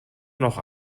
noch